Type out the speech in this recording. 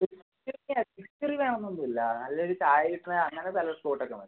ഇത് ചെറിയ ഹിസ്റ്ററി വേണമെന്ന് ഒന്നും ഇല്ല നല്ല ഒരു ചായ കിട്ടുന്ന അങ്ങനെ നല്ല സ്പോട്ട് ഒക്കെ മതി